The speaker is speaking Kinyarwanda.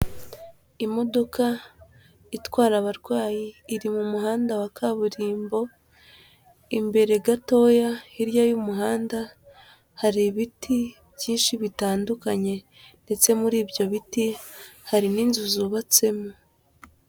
Imodoka itwara abarwayi iri mu muhanda wa kaburimbo, imbere gatoya hirya y'umuhanda hari ibiti byinshi bitandukanye ndetse muri ibyo biti hari n'inzu zubatsemo.